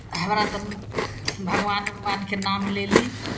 हमरा तऽ भगवान उगवानके नाम लेली